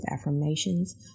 affirmations